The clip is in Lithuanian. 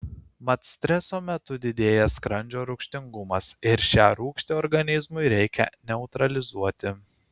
mat streso metu didėja skrandžio rūgštingumas ir šią rūgštį organizmui reikia neutralizuoti